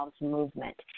movement